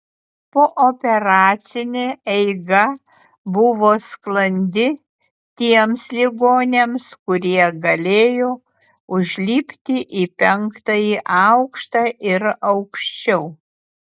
pooperacinė eiga buvo sklandi tiems ligoniams kurie galėjo užlipti į penktąjį aukštą ir aukščiau